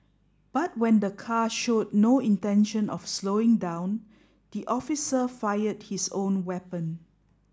but when the car showed no intention of slowing down the officer fired his own weapon